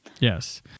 Yes